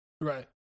Right